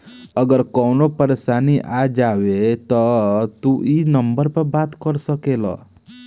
अगर कवनो परेशानी आ जाव त तू ई नम्बर पर बात कर सकेल